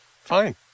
Fine